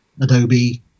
Adobe